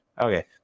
Okay